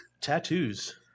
Tattoos